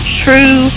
true